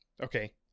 okay